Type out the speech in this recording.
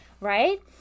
right